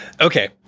Okay